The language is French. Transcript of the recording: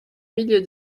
milieu